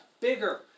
bigger